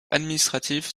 administratif